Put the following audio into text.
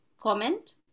comment